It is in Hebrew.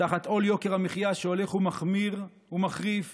תחת עול יוקר המחיה שהולך ומחמיר ומחריף